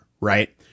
right